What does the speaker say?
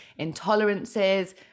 intolerances